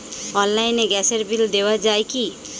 অনলাইনে গ্যাসের বিল দেওয়া যায় কি?